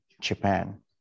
Japan